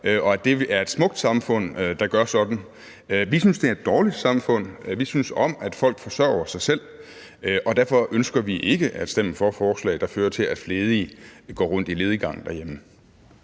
og at det er et smukt samfund, der gør sådan. Vi synes, det er et dårligt samfund. Vi synes om, at folk forsørger sig selv, og derfor ønsker vi ikke at stemme for forslag, der fører til, at ledige går rundt i lediggang derhjemme.